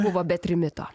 buvo be trimito